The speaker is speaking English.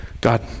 God